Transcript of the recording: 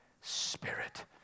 Spirit